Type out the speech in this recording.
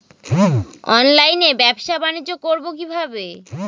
অনলাইনে ব্যবসা বানিজ্য করব কিভাবে?